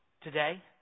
Today